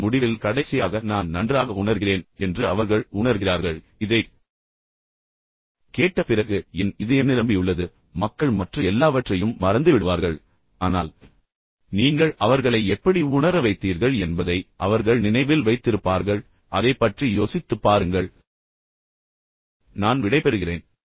அதன் முடிவில் கடைசியாக நான் நன்றாக உணர்கிறேன் என்று அவர்கள் உணர்கிறார்கள் இதைக் கேட்ட பிறகு என் இதயம் நிரம்பியுள்ளது ஏனென்றால் மக்கள் மற்ற எல்லாவற்றையும் மறந்துவிடுவார்கள் ஆனால் நீங்கள் அவர்களை எப்படி உணர வைத்தீர்கள் என்பதை அவர்கள் நினைவில் வைத்திருப்பார்கள் அதைப் பற்றி யோசித்துப் பாருங்கள் நான் விடைபெறுகிறேன்